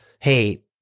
Hey